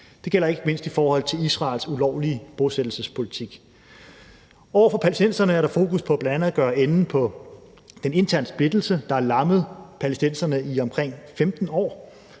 Det gælder ikke mindst i forhold til Israels ulovlige bosættelsespolitik. Over for palæstinenserne er der fokus på bl.a. at gøre en ende på den interne splittelse, der har lammet palæstinenserne i omkring 15 år.